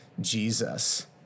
Jesus